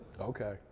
Okay